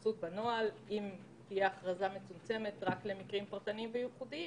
אם תהיה הכרזה מצומצמת רק למקרים פרטניים וייחודיים,